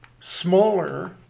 smaller